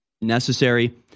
necessary